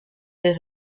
des